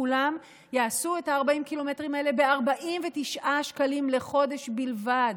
כולם יעשו את ה-40 ק"מ האלה ב-99 שקלים לחודש בלבד,